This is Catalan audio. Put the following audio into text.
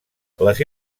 les